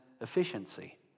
efficiency